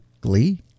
Glee